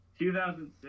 2006